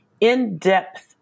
in-depth